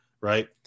right